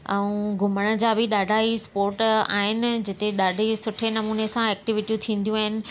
ऐं घुमण जा बि ॾाढा ई स्पॉट आहिनि जिथे ॾाढी सुठे नमूने सां ऐक्टिविटियूं थींदियूं आहिनि